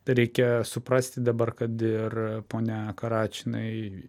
reikia suprasti dabar kad ir ponia karač jinai